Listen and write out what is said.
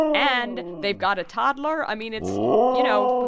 and they've got a toddler. i mean, it's you know,